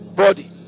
body